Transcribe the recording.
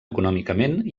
econòmicament